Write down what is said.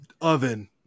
oven